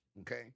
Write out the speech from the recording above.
Okay